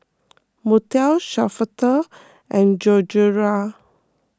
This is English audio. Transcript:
Montel Shafter and Gregoria